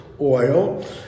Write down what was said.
oil